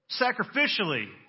sacrificially